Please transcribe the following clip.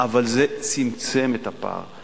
אבל זה צמצם את הפער.